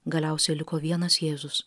galiausiai liko vienas jėzus